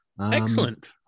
Excellent